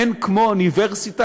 אין כמו אוניברסיטה